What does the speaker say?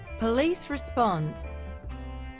police response